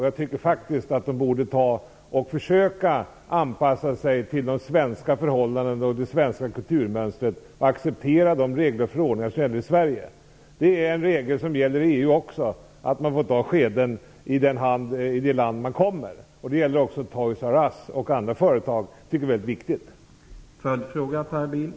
Jag tycker faktiskt att det borde försöka anpassa sig till de svenska förhållandena och det svenska kulturmönstret och acceptera de regler och förordningar som gäller i Det gäller också i det övriga EU att man får ta skeden i vacker hand i det land som man kommer till. Det gäller både Toys R Us och andra företag, och jag tycker att det är mycket viktigt.